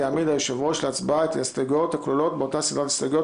יעמיד היושב-ראש להצבעה את ההסתייגויות הכלולות באותה סדרת הסתייגויות,